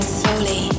slowly